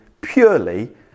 purely